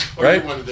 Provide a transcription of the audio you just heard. right